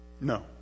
No